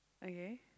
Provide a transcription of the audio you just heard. okay